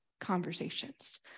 conversations